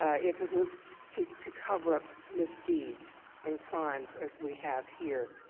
ah if it was to to cover up misdeeds and crimes as we have here.